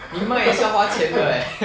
你 might as well 花钱的 leh